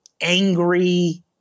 angry